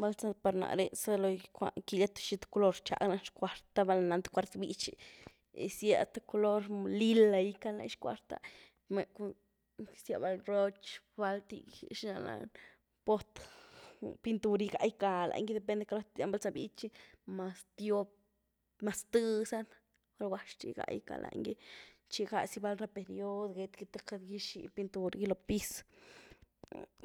Val za par náre zalo gycwany, quilya th color rtxag lany xcuartá, val nanyth cuart bítxy, gyzía th color lila gyca lany xcuartá, rzýa val broch, valty gy ¿xina lani? Bot pintur gygá gycaa lany gy, depende calooty nany val na za bítxy, maz tiop, maz tëby zany val gwaxty gygá gykaa lany gy, txi gáa zy val ra period gét gy te queity gyxý pintur gy lo piz,